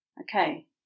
Okay